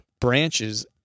branches